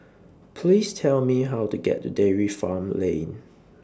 Please Tell Me How to get to Dairy Farm Lane